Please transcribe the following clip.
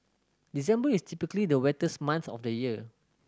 December is typically the wettest month of the year